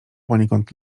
poniekąd